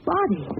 Body